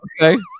Okay